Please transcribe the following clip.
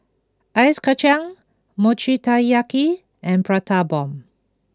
Ice Kachang Mochi Taiyaki and Prata Bomb